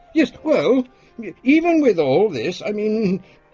yes, well even with all this, i mean,